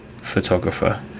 photographer